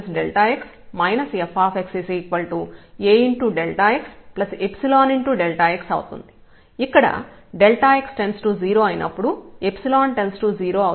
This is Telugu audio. అప్పుడు fxx fx AxϵΔx అవుతుంది ఇక్కడ x→0 అయినప్పుడు →0 అవుతుంది